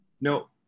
No